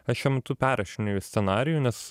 aš šiuo metu perrašinėju scenarijų nes